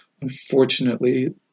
unfortunately